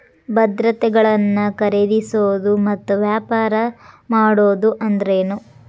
ಭದ್ರತೆಗಳನ್ನ ಖರೇದಿಸೋದು ಮತ್ತ ವ್ಯಾಪಾರ ಮಾಡೋದ್ ಅಂದ್ರೆನ